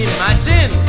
Imagine